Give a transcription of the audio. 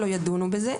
מכסה, לא ידונו בזה.